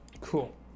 cool